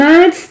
Mad